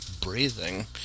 breathing